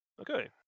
Okay